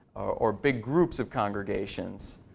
or big groups of congregations.